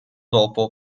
dopo